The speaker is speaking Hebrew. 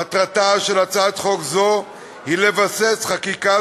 מטרתה של הצעת חוק זו היא לבסס חקיקה